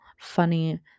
funny